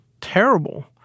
terrible